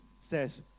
says